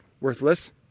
worthless